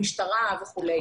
המשטרה וכו'.